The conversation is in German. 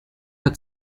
hat